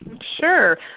Sure